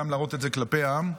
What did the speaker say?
גם להראות את זה כלפי העם,